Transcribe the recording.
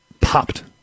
popped